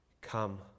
come